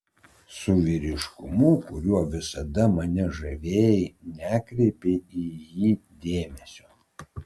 su vyriškumu kuriuo visada mane žavėjai nekreipei į jį dėmesio